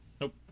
Nope